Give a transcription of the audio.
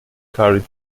curried